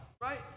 right